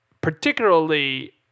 particularly